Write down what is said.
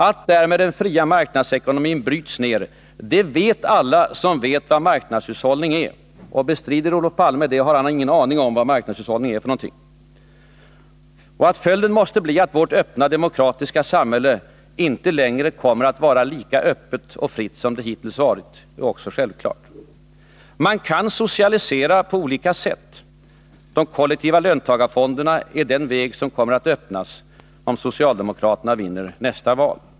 Att därmed den fria marknadsekonomin bryts ner, det vet alla som vet vad marknadshushållning är. Bestrider Olof Palme det, har han ingen aning om vad marknadshushållning är för någonting. Och att följden måste bli att vårt öppna demokratiska samhälle inte längre kommer att vara lika öppet och fritt som det hittills varit är också självklart. Man kan socialisera på olika sätt. De kollektiva löntagarfonderna är den väg som kommer att öppnas, om socialdemokraterna vinner nästa val.